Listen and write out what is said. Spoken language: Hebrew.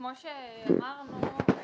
כמו שאמרנו,